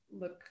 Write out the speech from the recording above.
look